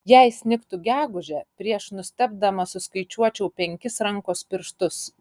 jei snigtų gegužę prieš nustebdamas suskaičiuočiau penkis rankos pirštus